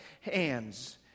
hands